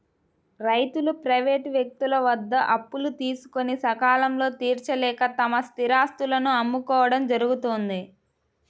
రైతులు ప్రైవేటు వ్యక్తుల వద్ద అప్పులు తీసుకొని సకాలంలో తీర్చలేక తమ స్థిరాస్తులను అమ్ముకోవడం జరుగుతోంది